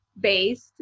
based